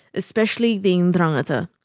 especially the ndrangheta.